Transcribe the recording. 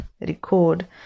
record